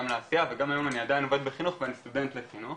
לעשייה וגם היום אני עדיין עובד בחינוך ואני סטודנט לחינוך